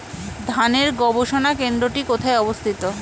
ধানের গবষণা কেন্দ্রটি কোথায় অবস্থিত?